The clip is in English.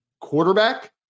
quarterback